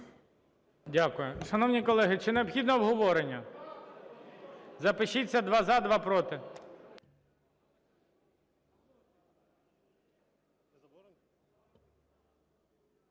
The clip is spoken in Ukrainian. Дякую. Шановні колеги, чи необхідно обговорення? Запишіться: два – за, два – проти.